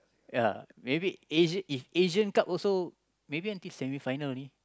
ya maybe if Asian Cup also maybe until Semi final only